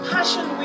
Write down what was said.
Passion